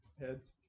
Heads